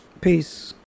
peace